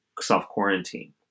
self-quarantine